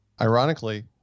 Ironically